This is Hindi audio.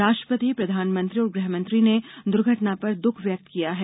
राष्ट्रपति प्रधानमंत्री और गृह मंत्री ने दुर्घटना पर दुःख व्यक्त किया है